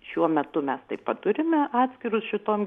šiuo metu mes taip pat turime atskirus šitom